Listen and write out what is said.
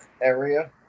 area